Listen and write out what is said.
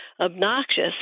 obnoxious